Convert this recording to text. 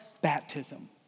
baptism